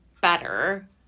better